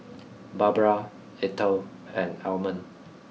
Barbara Ethel and Almond